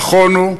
נכון הוא,